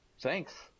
thanks